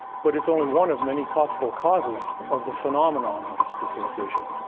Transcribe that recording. but it's only one of many possible causes of the phenomenon of dissociation.